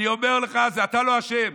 אני אומר לך, אתה לא אשם.